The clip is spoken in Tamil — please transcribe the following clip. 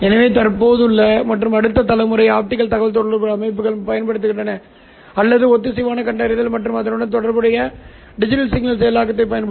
எனவே எனக்கு Iy மற்றும் Qy உள்ளது இந்த ஒவ்வொன்றிற்கும் ஒரு உள்ளூர் ஆஸிலேட்டர் தேவைப்படுகிறது இது இந்த குறிப்பிட்ட கூறுகளால் வழங்கப்படும்